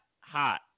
hot